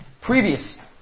previous